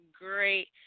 great